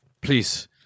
Please